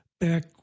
back